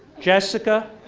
jessica,